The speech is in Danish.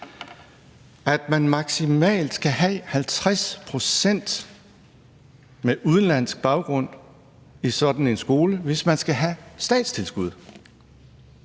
at man maksimalt skal have 50 pct. børn med udenlandsk baggrund i sådan en skole, hvis man skal have statstilskud,